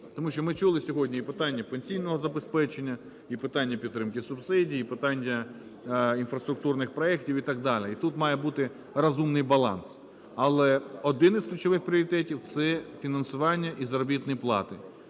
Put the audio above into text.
Тому що ми чули сьогодні і питання пенсійного забезпечення, і питання підтримки субсидій, і питання інфраструктурних проектів і так далі. І тут має бути розумний баланс. Але один із ключових пріоритетів – це фінансування і заробітної плати,